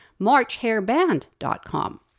marchhairband.com